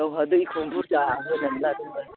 गावहा दैखौनो बुरजा होनानै लादोंदां